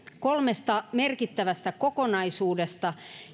kolmesta merkittävästä kokonaisuudesta